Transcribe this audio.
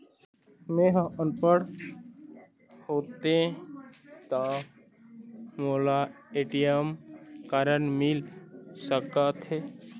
मैं ह अनपढ़ होथे ता मोला ए.टी.एम कारड मिल सका थे?